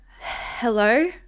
Hello